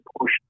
push